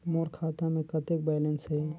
मोर खाता मे कतेक बैलेंस हे?